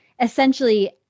essentially